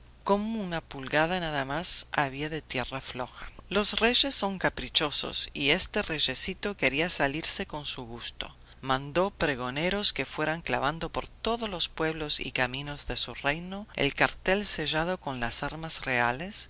como una pulgada nada más había de tierra floja los reyes son caprichosos y este reyecito quería salirse con su gusto mandó pregoneros que fueran clavando por todos los pueblos y caminos de su reino el cartel sellado con las armas reales